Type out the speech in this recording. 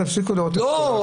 תפסיקו לראות --- לא,